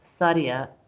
Sadia